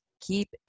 Keep